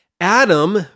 Adam